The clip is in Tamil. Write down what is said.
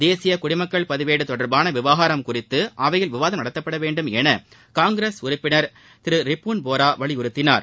தேசிய குடிமக்கள் பதிவேடு தொடர்பான விவகாரம் குறித்து அவையில் விவாதம் நடத்தப்பட வேண்டும் என காங்கிரஸ் உறுப்பினர் திரு ரிபுன் போரா வலியுறுத்தினார்